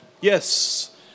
Yes